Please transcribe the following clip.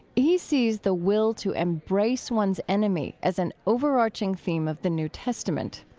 he sees the will to embrace one's enemy as an overarching theme of the new testament.